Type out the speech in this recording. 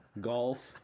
golf